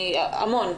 המון,